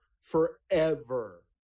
forever